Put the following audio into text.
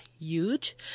Huge